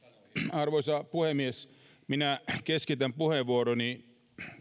arvoisa puhemies minä keskitän puheenvuoroni